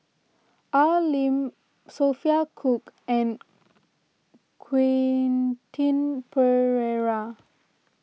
Al Lim Sophia Cooke and Quen Ting Pereira